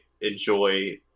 enjoy